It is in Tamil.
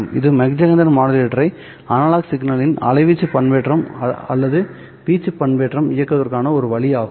இது மாக் ஜெஹெண்டர் மாடுலேட்டரை அனலாக் சிக்னலின் அலைவீச்சு பண்பேற்றம் அல்லது வீச்சு பண்பேற்றம் இயக்குவதற்கான ஒரு வழியாகும்